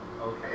okay